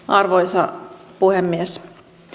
arvoisa puhemies